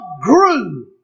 grew